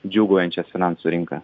džiūgaujančią finansų rinką